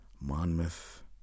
Monmouth